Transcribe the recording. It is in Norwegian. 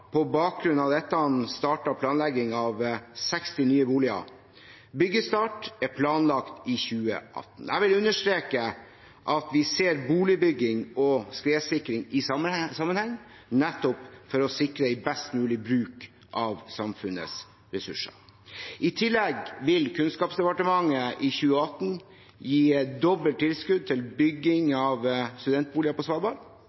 på bakgrunn av dette startet planleggingen av 60 nye boliger. Byggestart er planlagt til 2018. Jeg vil understreke at vi ser boligbygging og skredsikring i sammenheng nettopp for å sikre en best mulig bruk av samfunnets ressurser. I tillegg vil Kunnskapsdepartementet i 2018 gi dobbelt tilskudd til bygging av studentboliger på Svalbard,